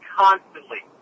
constantly